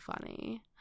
funny